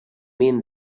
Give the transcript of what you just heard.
mean